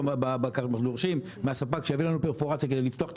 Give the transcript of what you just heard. אנחנו דורשים מהספק שיביא לנו פרפורציה כדי לפתוח את